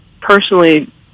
personally